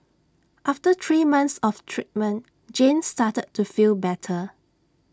after three months of treatment Jane started to feel better